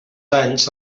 anys